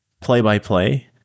play-by-play